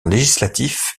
législatif